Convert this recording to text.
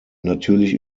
natürlich